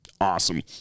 awesome